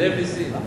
זאב נסים.